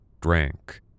drank